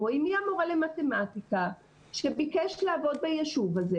רואים מי המורה למתמטיקה שביקש לעבוד ביישוב הזה.